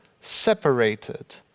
separated